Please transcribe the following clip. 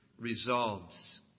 resolves